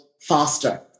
faster